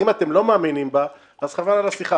אם אתם לא מאמינים בו חבל על השיחה,